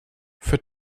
für